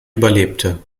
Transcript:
überlebte